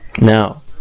now